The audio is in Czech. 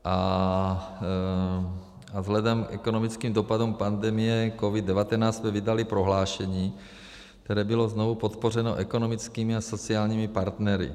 A vzhledem k ekonomickým dopadům pandemie COVID19 jsme vydali prohlášení, které bylo znovu podpořeno ekonomickými a sociálními partnery.